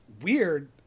weird